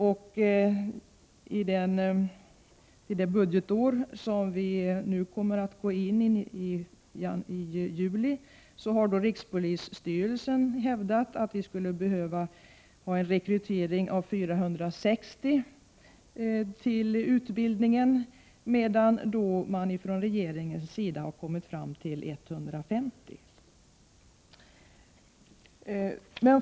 Beträffande det budgetår som börjar i juli kan jag nämna att rikspolisstyrelsen har hävdat att det skulle behövas en rekrytering av 460 personer för utbildningen, medan regeringen har kommit fram till siffran 150.